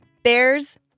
Bears